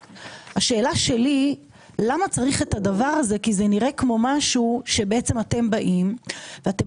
השאלה שלי למה צריך את הדבר הזה כי זה נראה כמו משהו שאתם באים ואתם